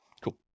Cool